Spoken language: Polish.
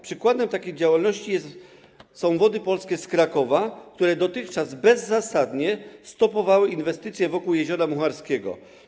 Przykładem takiej działalności są Wody Polskie w Krakowie, które dotychczas bezzasadnie stopowały inwestycje wokół Jeziora Mucharskiego.